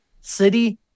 City